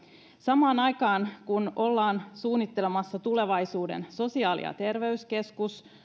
samaan aikaan kun ollaan suunnittelemassa tulevaisuuden sosiaali ja terveyskeskus